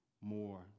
more